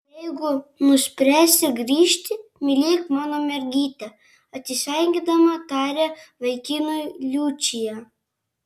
jeigu nuspręsi grįžti mylėk mano mergytę atsisveikindama taria vaikinui liučija